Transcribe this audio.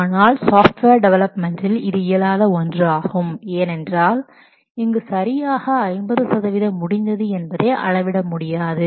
ஆனால் சாஃப்ட்வேர் டெவலப்மெண்ட்டில் இது இயலாத ஒன்று ஆகும் ஏனென்றால் இங்கு சரியாக 50 சதவீதம் முடிந்தது என்பதை அளவிட முடியாது